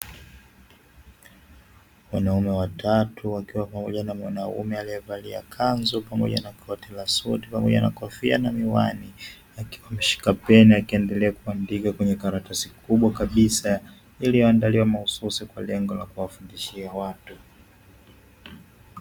Wanaume watatu, wakiwa pamoja na mwanaume aliyevalia kanzu pamoja na koti la suti pamoja na kofia na miwani, akiwa ameshika peni akiendelea kuandika kwenye karatasi kubwa kabisa, iliyoandaliwa mahususi kwa lengo la kuwafundishia watu.